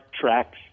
tracks